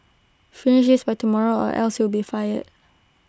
finish this by tomorrow or else you'll be fired